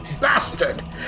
bastard